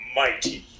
mighty